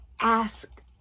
Ask